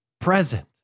present